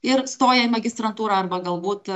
ir stoja į magistrantūrą arba galbūt